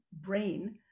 brain